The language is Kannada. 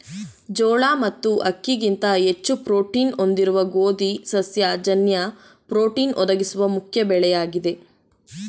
ಜೋಳ ಮತ್ತು ಅಕ್ಕಿಗಿಂತ ಹೆಚ್ಚು ಪ್ರೋಟೀನ್ನ್ನು ಹೊಂದಿರುವ ಗೋಧಿ ಸಸ್ಯ ಜನ್ಯ ಪ್ರೋಟೀನ್ ಒದಗಿಸುವ ಮುಖ್ಯ ಬೆಳೆಯಾಗಿದೆ